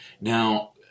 Now